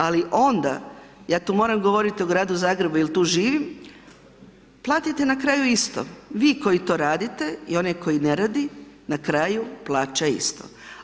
Ali onda ja tu moram govoriti o gradu Zagrebu jer tu živim, platite na kraju isto vi koji to radite i onaj koji ne radi na kraju plaća isto.